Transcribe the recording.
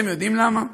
אתם יודעים למה?